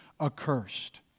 accursed